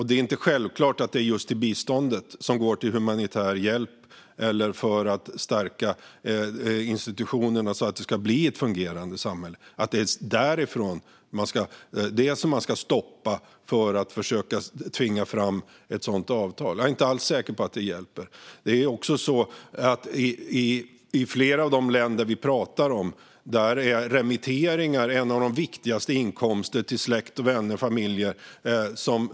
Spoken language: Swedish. Det är inte självklart att man ska stoppa biståndet till humanitär hjälp eller för att stärka institutionerna så att det ska bli ett fungerande samhälle i syfte att försöka tvinga fram ett sådant avtal. Jag är inte alls säker på att det hjälper. Det är också så att i flera av de länder som vi pratar om är remitteringar en av de viktigaste inkomsterna för släkt, vänner och familjer.